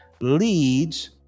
leads